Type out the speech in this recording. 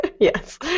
Yes